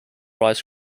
rice